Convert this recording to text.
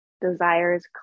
desires